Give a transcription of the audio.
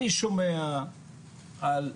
אני שומע על איגודים,